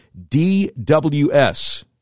DWS